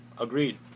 Agreed